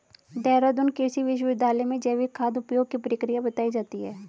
देहरादून कृषि विश्वविद्यालय में जैविक खाद उपयोग की प्रक्रिया बताई जाती है